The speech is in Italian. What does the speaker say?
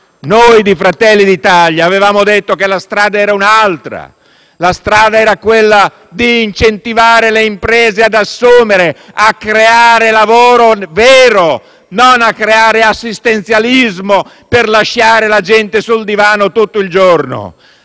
Noi di Fratelli d'Italia avevamo detto che la strada era un'altra, quella di incentivare le imprese ad assumere e a creare lavoro vero, non assistenzialismo per lasciare la gente sul divano tutto il giorno.